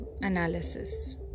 analysis